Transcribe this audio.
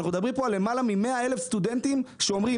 אנחנו מדברים פה על למעלה מ-100,000 סטודנטים שאומרים